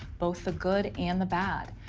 both the good and the bad.